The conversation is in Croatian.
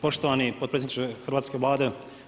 Poštovani potpredsjedniče hrvatske Vlade.